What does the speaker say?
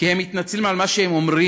כי הם מתנצלים על מה שהם אומרים,